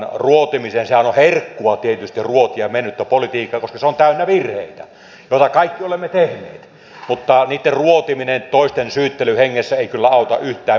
sehän on herkkua tietysti ruotia mennyttä politiikkaa koska se on täynnä virheitä joita kaikki olemme tehneet mutta niitten ruotiminen toisten syyttelyn hengessä ei kyllä auta yhtään mitään